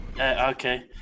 okay